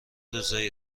روزایی